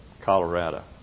Colorado